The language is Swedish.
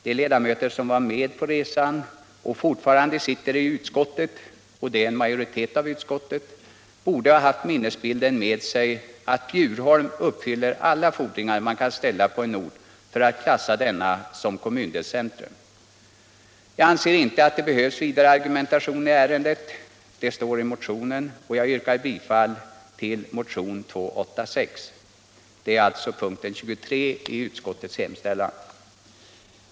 De ledamöter som var med på resan och fortfarande sitter i utskottet — det är en majoritet av utskottet — borde ha haft minnesbilden med sig att Bjurholm uppfyller alla fordringar man kan ställa på en ort för att klassa denna som kommundelscentrum. Jag anser inte att det behövs vidare argumentation i ärendet utöver vad som står i motionen, och jag yrkar bifall till motionen 286. Det gäller alltså punkten 23 i utskottets hemställan.